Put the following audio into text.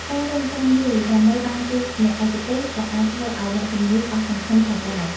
ការរង់ចាំយូរដើម្បីបានជួបអ្នកឯកទេសក៏អាចធ្វើឱ្យអ្នកជំងឺអស់សង្ឃឹមផងដែរ។